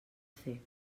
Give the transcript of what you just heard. fer